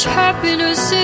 happiness